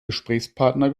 gesprächspartner